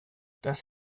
das